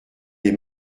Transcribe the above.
les